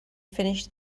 finish